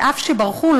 ואף שברחו,